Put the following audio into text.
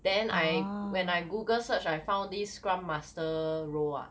then I when I Google search I found the scrum master role ah